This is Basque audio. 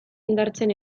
indartzen